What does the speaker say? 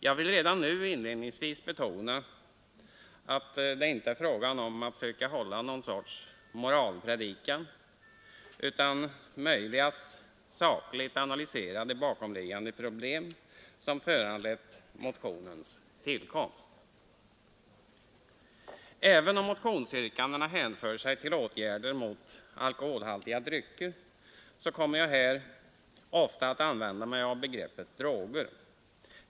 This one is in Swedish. Jag vill redan inledningsvis betona att det inte är fråga om att söka hålla någon sorts moralpredikan utan om att så sakligt som möjligt analysera de bakomliggande problem som föranlett motionens tillkomst. Även om motionsyrkandena hänför sig till åtgärder mot alkoholhaltiga drycker, så kommer jag här ofta att använda mig av begreppet droger.